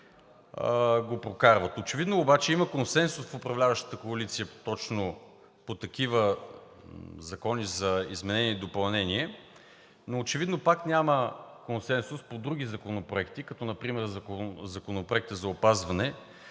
го прокарват. Очевидно обаче има консенсус в управляващата коалиция точно по такива закони за изменение и допълнение, но очевидно пак няма консенсус по други законопроекти, като например Законопроекта за изменение